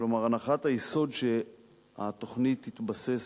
כלומר, הנחת היסוד שהתוכנית תתבסס